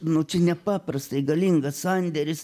nu čia nepaprastai galingas sandėris